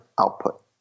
output